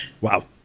Wow